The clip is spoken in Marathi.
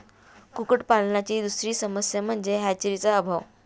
कुक्कुटपालनाची दुसरी समस्या म्हणजे हॅचरीचा अभाव